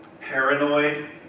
paranoid